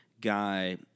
guy